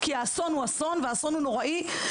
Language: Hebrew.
כי האסון הוא אסון והוא נוראי.